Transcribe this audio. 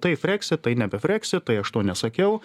tai freksit tai nebe freksit tai aš to nesakiau